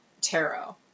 tarot